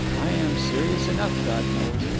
i am serious enough, god knows.